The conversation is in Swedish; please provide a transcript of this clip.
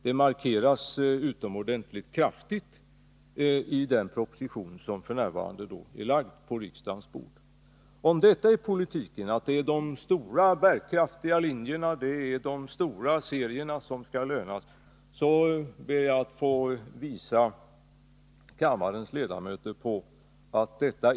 Detta markeras utomordentligt kraftigt i den proposition som Nr 13 f.n. ligger på riksdagens bord. Torsdagen den Är detta den nya politiken, att satsa på de stora bärkraftiga linjerna, de 23 oktober 1980 stora serierna? Då vill jag fästa kammarens uppmärksamhet på att detta =.